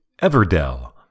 Everdell